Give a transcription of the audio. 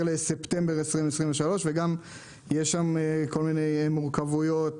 לספטמבר 2023. יש שם כל מיני מורכבויות.